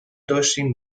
داشتیم